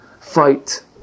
fight